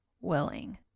willing